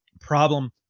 problem